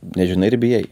nežinai ir bijai